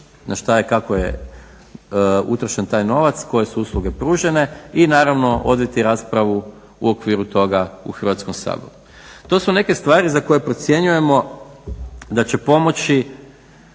na što i kako je utrošen taj novac, koje su usluge pružene i naravno voditi raspravu o okviru toga u Hrvatskom saboru. To su neke stvari za koje procjenjujemo da će pomoći